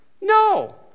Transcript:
No